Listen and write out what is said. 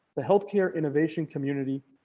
the healthcare innovation community.